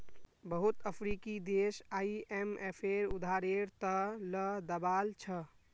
बहुत अफ्रीकी देश आईएमएफेर उधारेर त ल दबाल छ